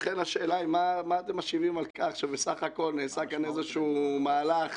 לכן השאלה היא מה אתם משיבים על כך שבסך הכול נעשה כאן איזשהו מהלך